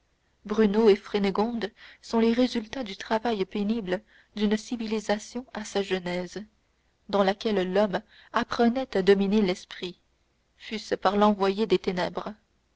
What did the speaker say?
brunehaut et frédégonde sont les résultats du travail pénible d'une civilisation à sa genèse dans laquelle l'homme apprenait à dominer l'esprit fût-ce par l'envoyé des ténèbres